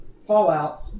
Fallout